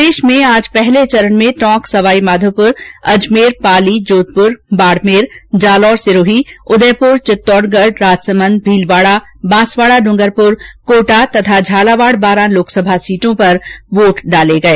प्रदेश में आज पहले चरण में टोंक सवाईमाधोपुर अजमेर पाली जोधपुर बाडमेर जालोर सिरोही उदयपुर चित्तौड़गढ राजसमंद भीलवाडा बांसवाडा डूंगरपुर कोटा तथा झालावाड बारां लोकसभा सीटों के लिए वोट डाले गए